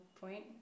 point